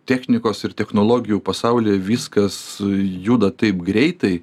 technikos ir technologijų pasaulyje viskas juda taip greitai